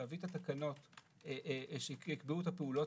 אבל הוא נותן את האישור על סמך התעודה ולא על סמך בחינת ידע.